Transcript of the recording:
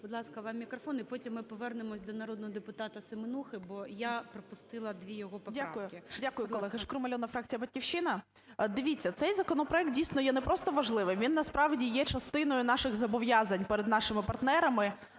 Будь ласка, вам мікрофон. І потім ми повернемося до народного депутата Семенухи, бо я пропустила дві його поправки. 12:52:13 ШКРУМ А.І. Дякую. Дякую, колеги. Шкрум Альона, фракція "Батьківщина". Дивіться, цей законопроект, дійсно, є не просто важливим, він насправді є частиною наших зобов'язань перед нашими партнерами,